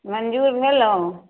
मन्जूर भेलहुँ